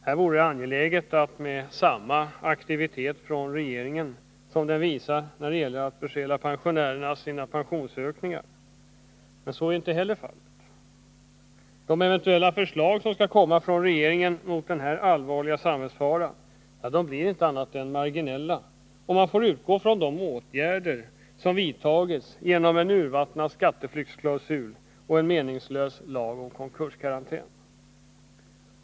Här vore det angeläget med samma aktivitet från regeringen som den visar när det gäller att bestjäla pensionärerna på deras pensionsökningar. Men så är inte fallet. De eventuella förslag mot denna allvarliga samhällsfara som skall komma från regeringen blir inte annat än marginella — om man får utgå från de åtgärder som vidtagits genom en urvattnad skatteflyktsklausul och en meningslös lag om konkurskarantän.